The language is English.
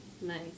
Nice